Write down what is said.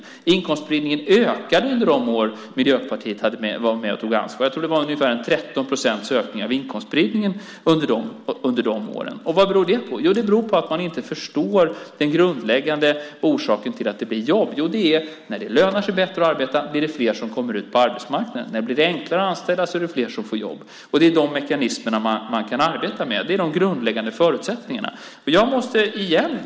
Inkomstspridningen ökade under de år Miljöpartiet var med och tog ansvar. Jag tror att det var ungefär 13 procents ökning av inkomstspridningen under de åren. Vad beror det på? Det beror på att man inte förstår den grundläggande orsaken till att det blir jobb. När det lönar sig bättre att arbeta blir det fler som kommer ut på arbetsmarknaden. När det blir enklare att anställa är det fler som får jobb. Det är de mekanismerna man kan arbeta med. Det är de grundläggande förutsättningarna.